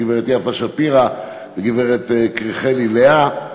הגברת יפה שפירא והגברת קריכלי לאה,